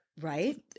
Right